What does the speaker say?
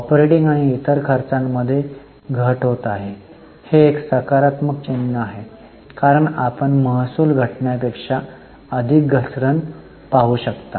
operating आणि इतर खर्चामध्ये घट आहे हे एक सकारात्मक चिन्ह आहे कारण आपण महसूल घटण्यापेक्षा अधिक घसरण पाहू शकता